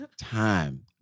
time